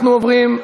אנחנו עוברים,